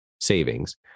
savings